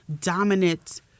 dominant